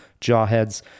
jawheads